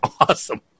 awesome